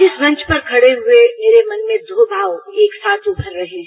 इस मंच पर खड़े हुए मेरे मन में दो भाव एक साथ उमर रहे हैं